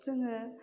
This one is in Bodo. जोङो